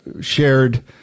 shared